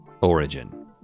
Origin